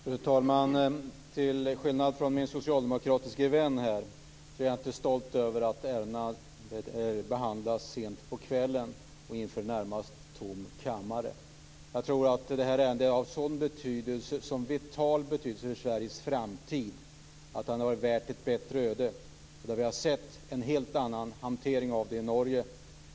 Fru talman! Till skillnad från min socialdemokratiske vän är jag inte stolt över att ärendet behandlas sent på kvällen och inför en närmast tom kammare. Det här ärendet är av en sådan vital betydelse för Sveriges framtid att det hade varit värt ett bättre öde. Vi har sett en helt annan hantering av ärendet i Norge.